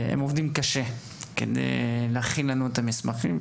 הם עובדים קשה כדי להכין לנו את המסמכים,